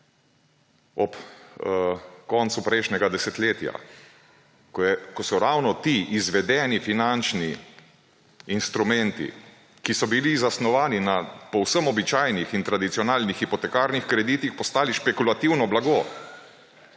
ob koncu prejšnjega desetletja, ko so ravno ti izvedeni finančni instrumenti, ki so bili zasnovani na povsem običajnih in tradicionalnih hipotekarnih kreditih, postali špekulativno blago.